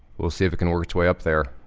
we'll see if it can work its way up there.